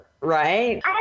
right